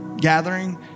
Gathering